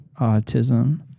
autism